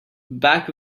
back